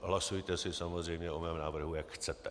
Hlasujte si samozřejmě o mém návrhu, jak chcete.